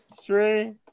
Three